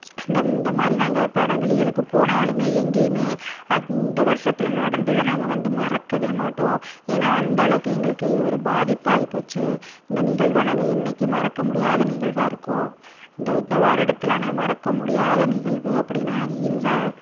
அந்த அந்தமாதிரி நாங்கள் இப்போ லீவுக்கு போனாலுமே எங்கேயுமே இந்த வருஷத்தில் நடந்தது நாங்கள் வந்து மறக்கவே மாட்டோம் ஏன்னால் அந்த அளவுக்கு எங்களுக்கு ஒரு பாதிப்பாக ஆகிபோச்சு இந்த நிகழ்வை நாங்கள் என்றைக்கு மறக்க முடியாத நிகழ்வாக இருக்கும் இந்த இந்த வருடத்தில் நான் மறக்க முடியாத நிகழ்வு அப்படின்னா அது இதுதான்